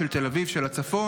של תל אביב ושל הצפון,